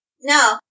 no